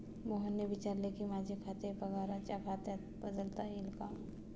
मोहनने विचारले की, माझे खाते पगाराच्या खात्यात बदलता येईल का